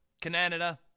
Canada